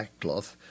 backcloth